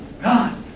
God